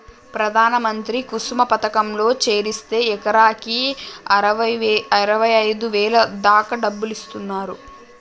ప్రధాన మంత్రి కుసుమ పథకంలో చేరిస్తే ఎకరాకి అరవైఐదు వేల దాకా డబ్బులిస్తున్నరు